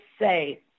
say